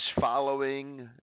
following